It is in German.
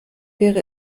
wäre